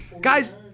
Guys